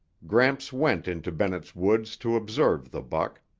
gramps went into bennett's woods to observe the buck.